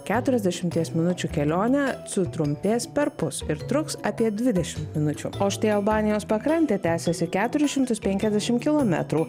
keturiasdešimties minučių kelionė sutrumpės perpus ir truks apie dvidešim minučių o štai albanijos pakrantė tęsiasi keturis šimtus penkiasdešim kilometrų